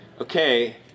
okay